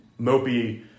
mopey